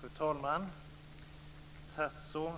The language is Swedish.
Fru talman! Tasso